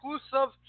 exclusive